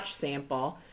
sample